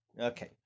Okay